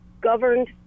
governed